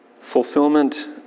Fulfillment